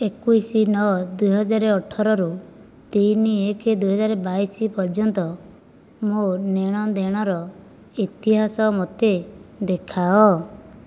ଏକୋଇଶ ନଅ ଦୁଇ ହଜାର ଅଠର ରୁ ତିନି ଏକ ଦୁଇ ହଜାର ବାଇଶ ପର୍ଯ୍ୟନ୍ତ ମୋ ନେ'ଣ ଦେ'ଣର ଇତିହାସ ମୋତେ ଦେଖାଅ